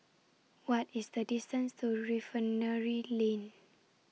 What IS The distance to Refinery Lane